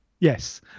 Yes